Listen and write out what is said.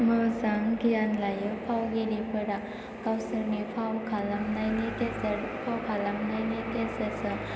मोजां गियान लायो फावगिरिफोरा गावसोरनि फाव खालामनायनि गेजेरजों